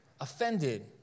offended